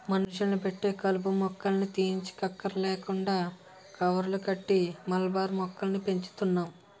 మనుషుల్ని పెట్టి కలుపు మొక్కల్ని తీయంచక్కర్లేకుండా కవర్లు కట్టి మల్బరీ మొక్కల్ని పెంచుతున్నాం